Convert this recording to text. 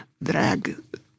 drag